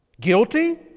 guilty